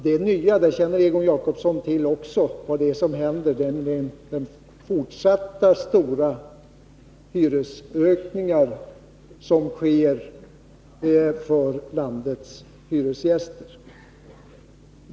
Det nya som händer — det känner också Egon Jacobsson till — är fortsatta stora hyreshöjningar för landets hyresgäster.